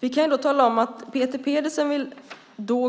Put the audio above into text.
Vi kan då tala om att Peter Pedersen vill